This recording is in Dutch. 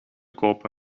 kopen